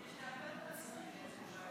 ההסתייגות לחלופין (יג) של קבוצת סיעת ש"ס,